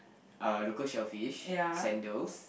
uh local shellfish sandals